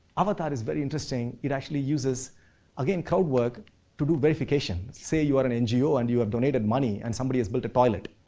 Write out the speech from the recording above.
avatar is very interesting, it actually uses again, crowd work to do verification. say you are an ngo and you have donated money, and somebody has built a toilet.